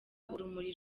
urumuri